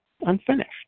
unfinished